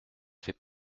fait